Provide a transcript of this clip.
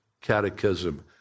Catechism